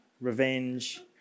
revenge